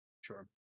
Sure